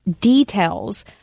details